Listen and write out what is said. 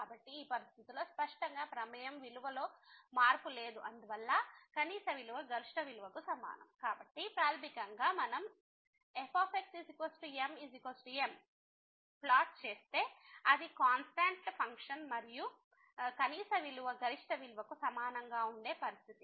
కాబట్టి ఈ పరిస్థితిలో స్పష్టంగా ప్రమేయం విలువలో మార్పు లేదు అందువల్ల కనీస విలువ గరిష్ట విలువ కు సమానం కాబట్టి ప్రాథమికంగా మనం fxmM ప్లాట్ చేస్తే అది కాన్స్టాంట్ ఫంక్షన్ మరియు కనీస విలువ గరిష్ట విలువకు సమానంగా ఉండే పరిస్థితి